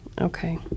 Okay